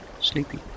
sleepy